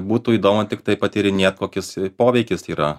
būtų įdomu tiktai patyrinėt kokis poveikis yra